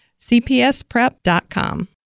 cpsprep.com